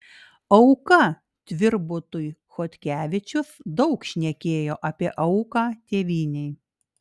auka tvirbutui chodkevičius daug šnekėjo apie auką tėvynei